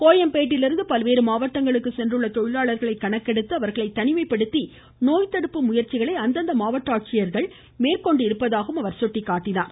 கோயம்பேட்டிலிருந்து பல்வேறு மாவட்டங்களுக்கு சென்றுள்ள தொழிலாளர்களை கணக்கெடுத்து அவர்களை தனிமைப்படுத்தி நோய் தடுப்பு முயற்சிகளை அந்தந்த மாவட்ட ஆட்சியர்கள் மேற்கொண்டிருப்பதாகவும் அவர் சுட்டிக்காட்டினார்